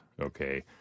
okay